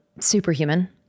Superhuman